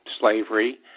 slavery